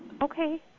Okay